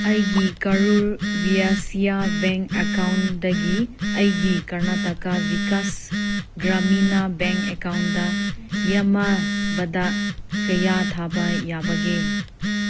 ꯑꯩꯒꯤ ꯀꯔꯨꯔ ꯕꯥꯁꯤꯌꯥ ꯕꯦꯡ ꯑꯦꯛꯀꯥꯎꯟꯗꯒꯤ ꯑꯩꯒꯤ ꯀꯔꯅꯥꯇꯀꯥ ꯕꯤꯀꯥꯁ ꯒ꯭ꯔꯥꯃꯤꯅꯥ ꯕꯦꯡ ꯑꯦꯛꯀꯥꯎꯟꯇ ꯌꯥꯝꯃꯕꯗ ꯀꯌꯥ ꯊꯥꯕ ꯌꯥꯕꯒꯦ